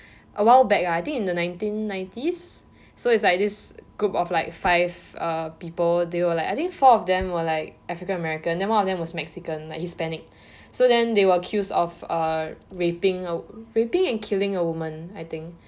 a while back lah I think in the nineteen nineties so it's like this group of like five uh people they were like I think four of them were like african american then one of them was mexican like hispanic so then they were accused of uh raping a raping and killing a woman I think